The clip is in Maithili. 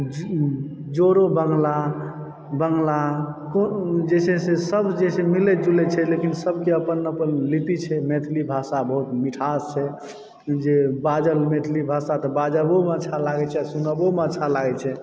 जोड़ो बंगला बंगला जे छै सब जे छै मिलै जुलै छै लेकिन सब के अपन अपन लिपि छै मैथिली भाषा बहुत मिठास छै ई जे बाजल मैथिली भाषा कऽ बाजहू मे अच्छा लागै छै आ सुनहूमे अच्छा लागै छै